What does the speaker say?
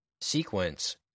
sequence –